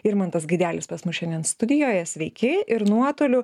irmantas gaidelis pas mus šiandien studijoje sveiki ir nuotoliu